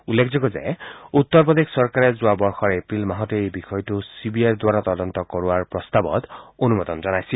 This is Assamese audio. উল্লেখযোগ্য যে উত্তৰ প্ৰদেশ চৰকাৰে যোৱা বৰ্ষৰ এপ্ৰিল মাহতে এই বিষয়টো চিবিআইৰ জৰিয়তে তদন্ত কৰোৱাবলৈ অনুমোদন জনাইছিল